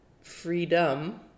freedom